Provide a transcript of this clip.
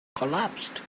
collapsed